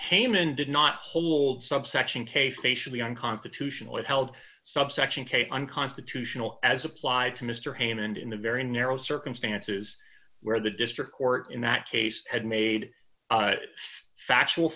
haman did not hold subsection case they should be unconstitutional it held subsection k unconstitutional as applied to mister hammond in the very narrow circumstances where the district court in that case had made factual